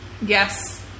Yes